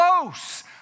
close